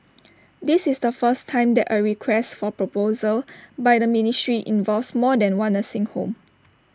this is the first time that A request for proposal by the ministry involves more than one nursing home